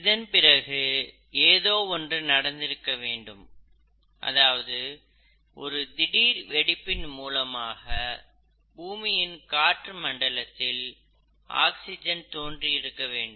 இதன் பிறகு ஏதோ ஒன்று நடந்திருக்க வேண்டும் அதாவது ஒரு திடீர் வெடிப்பின் மூலமாக பூமியின் காற்று மண்டலத்தில் ஆக்சிஜன் தோன்றியிருக்க வேண்டும்